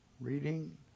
reading